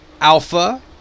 alpha